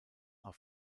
are